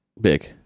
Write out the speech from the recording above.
Big